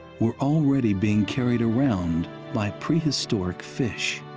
were already being carried around by prehistoric fish.